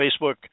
Facebook